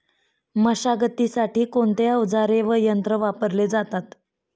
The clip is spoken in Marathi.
मशागतीसाठी कोणते अवजारे व यंत्र वापरले जातात?